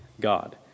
God